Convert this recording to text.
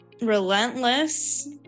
relentless